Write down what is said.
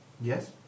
Yes